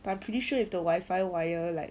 but I'm pretty sure if the wifi wire like